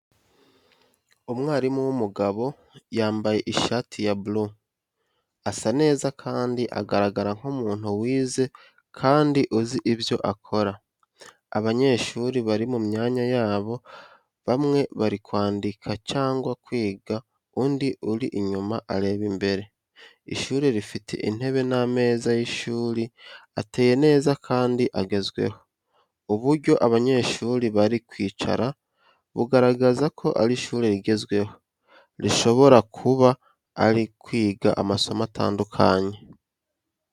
Umwarimu w’umugabo, yambaye ishati ya blue, asa neza kandi agaragara nk’umuntu wize kandi uzi ibyo akora. Abanyeshuri bari mu myanya yabo bamwe bari kwandika cyangwa kwiga undi uri inyuma areba imbere. Ishuri rifite intebe n’ameza y’ishuri ateye neza kandi agezweho. Uburyo abanyeshuri bari kwicara, bugaragaza ko ari ishuri rigezweho, rishobora kuba ari kwiga amasomo atandukanye.